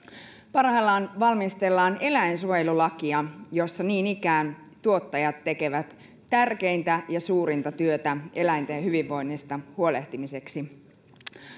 parhaillaan valmistellaan eläinsuojelulakia jossa niin ikään tuottajat tekevät tärkeintä ja suurinta työtä eläinten hyvinvoinnista huolehtimiseksi